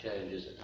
changes